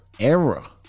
era